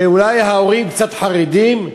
שאולי ההורים קצת חרדים,